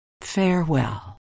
Farewell